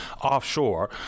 offshore